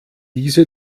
diese